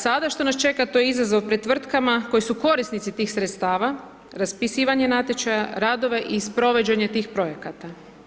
Sada što nas čeka, to je izazov pred tvrtkama koje su korisnici tih sredstava, raspisivanje natječaja, radove i provođenje tih projekata.